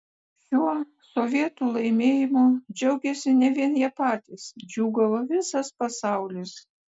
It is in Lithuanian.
šiuo sovietų laimėjimu džiaugėsi ne vien jie patys džiūgavo visas pasaulis